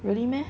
really meh